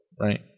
right